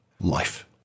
life